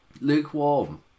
Lukewarm